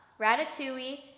Ratatouille